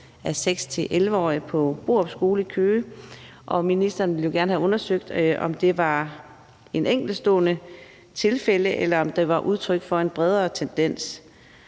af 6-11-årige på Borup Skole i Køge kørte, og ministeren ville jo gerne have undersøgt, om det var et enkeltstående tilfælde, eller om det var udtryk for en bredere tendens.